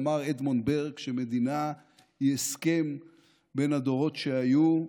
אמר אדמונד ברק שמדינה היא הסכם בין הדורות שהיו,